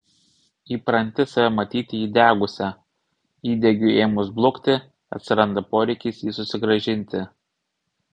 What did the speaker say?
įpranti save matyti įdegusia įdegiui ėmus blukti atsiranda poreikis jį susigrąžinti